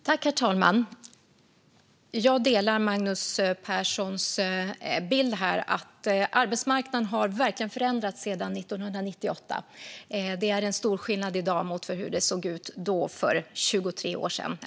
Herr talman! Jag delar Magnus Perssons bild av att arbetsmarknaden verkligen har förändrats sedan 1998. Det är stor skillnad i dag mot hur det såg ut för 23 år sedan.